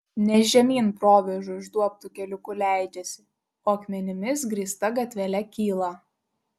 ne žemyn provėžų išduobtu keliuku leidžiasi o akmenimis grįsta gatvele kyla